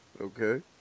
Okay